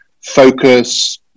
focus